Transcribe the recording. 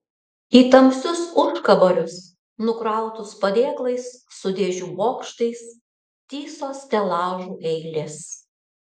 į tamsius užkaborius nukrautus padėklais su dėžių bokštais tįso stelažų eilės